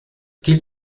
gilt